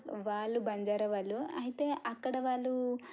వాళ్ళు బంజారా వాళ్ళు అయితే అక్కడ వాళ్ళు